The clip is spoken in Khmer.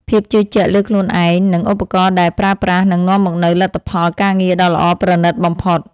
ភាពជឿជាក់លើខ្លួនឯង និង ឧបករណ៍ដែលប្រើប្រាស់នឹងនាំមកនូវលទ្ធផលការងារដ៏ល្អប្រណីតបំផុត។